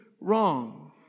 wrong